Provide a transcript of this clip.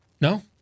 No